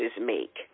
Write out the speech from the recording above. make